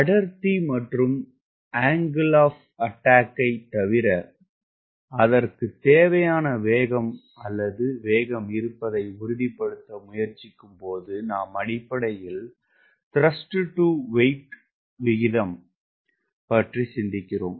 அடர்த்தி மற்றும் angle of attack தவிர அதற்கு தேவையான வேகம் அல்லது வேகம் இருப்பதை உறுதிப்படுத்த முயற்சிக்கும்போது நாம் அடிப்படையில் த்ருஸ்ட் டு வெயிட் விகிதம் பற்றி சிந்திக்கிறோம்